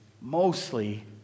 mostly